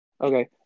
Okay